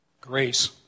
grace